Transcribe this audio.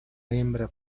hembra